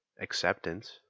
acceptance